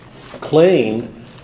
claimed